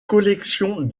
collections